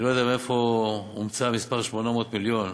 אני לא יודע מאיפה הומצא המספר 800 מיליון.